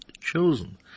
chosen